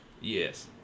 Yes